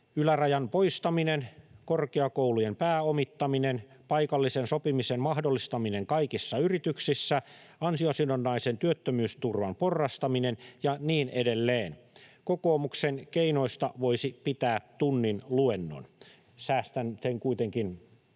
ylärajan poistaminen, korkeakoulujen pääomittaminen, paikallisen sopimisen mahdollistaminen kaikissa yrityksissä, ansiosidonnaisen työttömyysturvan porrastaminen ja niin edelleen. Kokoomuksen keinoista voisi pitää tunnin luennon, säästän sen kuitenkin